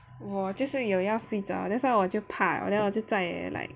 我就是有要睡着 that's why 我就怕 then 我就再也 like